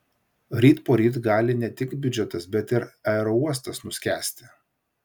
ryt poryt gali ne tik biudžetas bet ir aerouostas nuskęsti